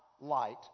light